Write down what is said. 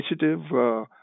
initiative